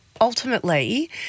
ultimately